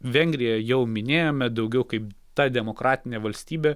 vengriją jau minėjome daugiau kaip tą demokratinę valstybę